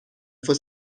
for